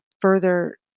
further